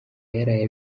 yaraye